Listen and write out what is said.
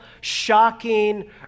shocking